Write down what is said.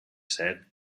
said